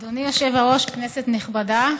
אדוני היושב-ראש, כנסת נכבדה,